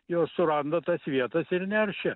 jos suranda tas vietas ir neršia